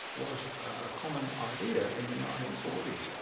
was a common idea in the nineteen forty s.